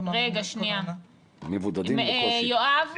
יואב,